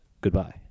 Goodbye